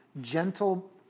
gentle